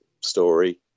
story